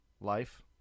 Life